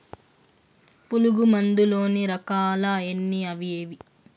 పులుగు మందు లోని రకాల ఎన్ని అవి ఏవి?